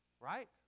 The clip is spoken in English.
right